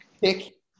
pick